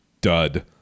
dud